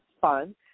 fun